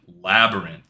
labyrinth